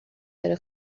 بره